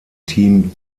team